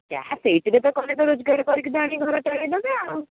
ଯାହା ସେଇଥିରେ ତ କଲେ ତ ରୋଜଗାର କରିକି ଆଣିକି ଘର ଚଳେଇ ଦେବେ ଆଉ